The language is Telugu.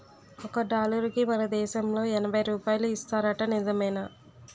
ఒక డాలరుకి మన దేశంలో ఎనబై రూపాయలు ఇస్తారట నిజమేనా